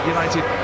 United